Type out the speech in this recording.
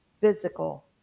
physical